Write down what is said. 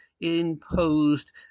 imposed